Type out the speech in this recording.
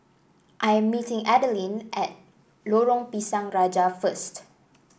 I am meeting Adalyn at Lorong Pisang Raja first